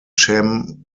cem